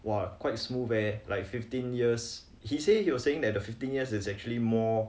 !wah! quite smooth eh like fifteen years he said he was saying that the fifteen years is actually more